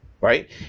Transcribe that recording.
Right